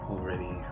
Already